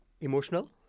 Emotional